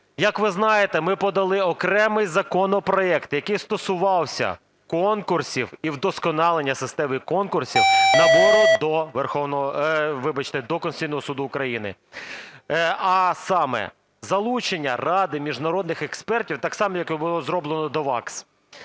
як ви знаєте, ми подали окремий законопроект, який стосувався конкурсів і вдосконалення системи конкурсів набору до Конституційного Суду України. А саме залучення ради міжнародних експертів, так само, як було зроблено до ВАКС.